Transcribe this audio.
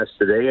today